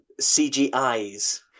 CGI's